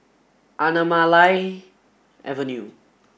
Anamalai Avenue